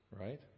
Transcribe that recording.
right